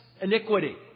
iniquity